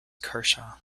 kershaw